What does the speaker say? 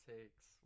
Takes